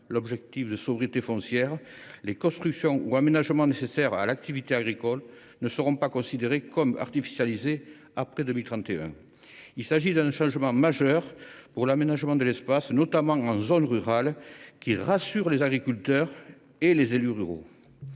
l’objectif de sobriété foncière, les constructions ou aménagements nécessaires à l’activité agricole ne seront pas considérés comme artificialisés après 2031. C’est un changement majeur pour l’aménagement de l’espace, notamment en zone rurale, qui rassure les agriculteurs et les élus ruraux.